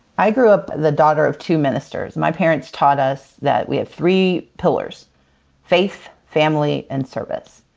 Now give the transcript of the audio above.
i grew up the daughter of two ministers. my parents taught us that we have three pillars faith, family, and service.